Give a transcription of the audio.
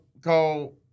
go